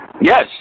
Yes